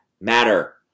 matter